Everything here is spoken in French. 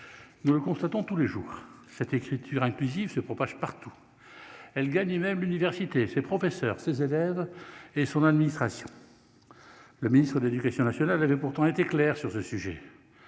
nous le constatons tous les jours cette écriture inclusive se propage partout, elle gagne même l'université, ses professeurs, ces élèves et son administration, le ministre de l'Éducation nationale avait pourtant été clair sur ce sujet,